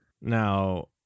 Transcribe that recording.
now